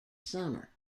summer